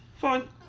Fine